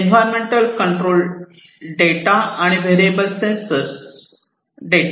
environment control sensor data आणि variable sensor data